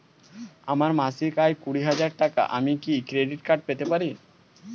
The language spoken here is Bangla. আমার মাসিক আয় কুড়ি হাজার টাকা আমি কি ক্রেডিট কার্ড পেতে পারি?